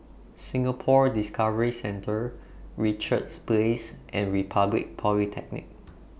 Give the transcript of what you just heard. Singapore Discovery Centre Richards Place and Republic Polytechnic